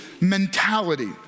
mentality